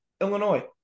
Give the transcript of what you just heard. Illinois